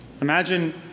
Imagine